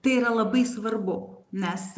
tai yra labai svarbu nes